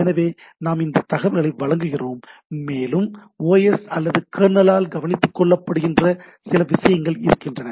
எனவே நாம் அந்த தகவல்களை வழங்குகிறோம் மேலும் OS அல்லது கெர்னலால் கவனித்துக் கொள்ளப்படுகின்ற சில விஷயங்கள் இருக்கின்றன